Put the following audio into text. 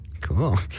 Cool